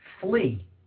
flee